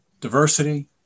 diversity